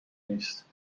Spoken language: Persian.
نیست